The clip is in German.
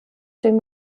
dem